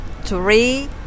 three